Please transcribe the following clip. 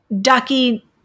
Ducky